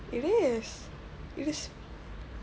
it is it's